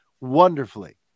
wonderfully